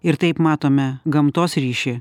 ir taip matome gamtos ryšį